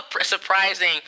surprising